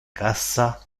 cassa